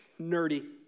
nerdy